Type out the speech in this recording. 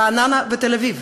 רעננה ותל-אביב.